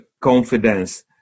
confidence